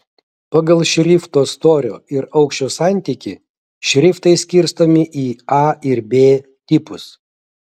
pagal šrifto storio ir aukščio santykį šriftai skirstomi į a ir b tipus